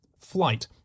flight